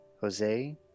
Jose